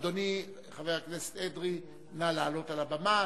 אדוני חבר הכנסת אדרי, נא לעלות על הבמה.